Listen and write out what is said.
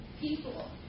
people